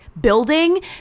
building